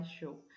show